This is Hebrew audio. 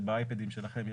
באייפדים שלכם,